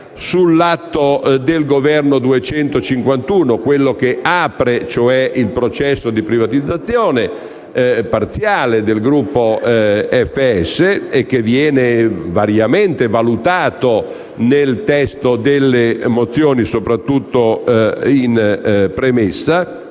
Consiglio dei ministri n. 251, quello che apre cioè il processo di privatizzazione parziale del gruppo FS e che viene variamente valutato nel testo delle mozioni, soprattutto in premessa.